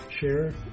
share